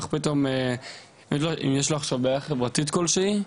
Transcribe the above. פתאום אם יש לו עכשיו בעיה חברתית כלשהי,